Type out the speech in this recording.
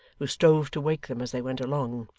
who strove to wake them as they went along,